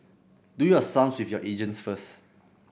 do your sums with your agent first